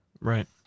Right